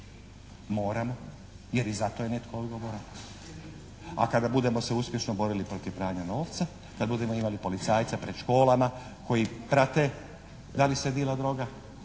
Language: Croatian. Moramo jer i za to je netko odgovora, a kada budemo se uspješno borili protiv pranja novca, kad budemo imali policajca pred školama koji prate …/Govornik se